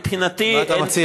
מבחינתי אין --- מה אתה מציע,